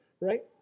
right